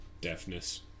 Deafness